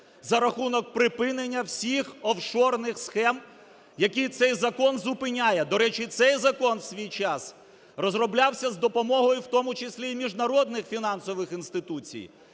за рахунок припинення всіх офшорних схем, які цей закон зупиняє. До речі, цей закон в свій час розроблявся з допомогою, в тому числі і міжнародних фінансових інституцій,